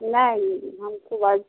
नहीं हमको बस